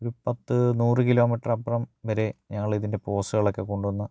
ഒര് പത്ത് നൂറ് കിലോമീറ്റർ അപ്പുറം വരെ ഞങ്ങൾ ഇതിന്റെ പോസ്റ്ററുകളൊക്കെ കൊണ്ടുവന്ന്